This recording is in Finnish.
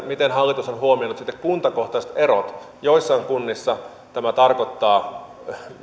miten hallitus on huomioinut kuntakohtaiset erot joissain kunnissa tämä tarkoittaa